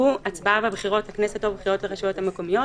והוא הצבעה בבחירות לכנסת או בבחירות לרשויות המקומיות.